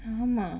ஆமா:aamaa